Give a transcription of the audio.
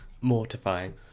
mortifying